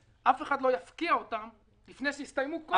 אף אחד לא יפקיע את השטחים לפני שיסתיימו כל הליכי התכנון,